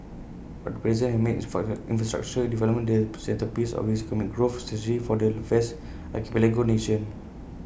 but the president has made infrastructure development the centrepiece of his economic growth strategy for the vast archipelago nation